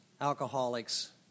alcoholics